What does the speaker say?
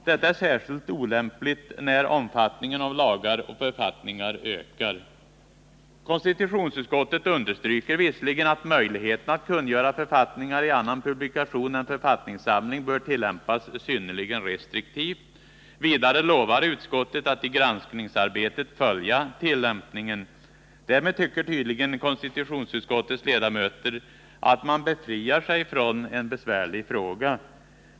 Detta är särskilt olämpligt när omfattningen av lagar och författningar ökar. Konstitutionsutskottet understryker visserligen att möjligheten att kungöra författningar i annan publikation än författningssamling bör tillämpas synnerligen restriktivt. Vidare lovar utskottet att i granskningsarbetet följa tillämpningen. Därmed tycker tydligen konstitutionsutskottets ledamöter att man befriar sig från en besvärlig fråga.